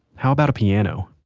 how about a piano?